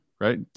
right